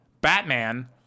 Batman